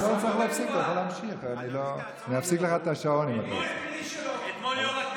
אדוני, תעצור לו את הזמן.